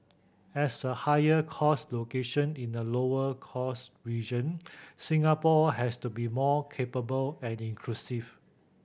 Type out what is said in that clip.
as a higher cost location in a lower cost region Singapore has to be more capable and inclusive